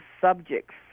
subjects